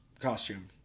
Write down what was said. costume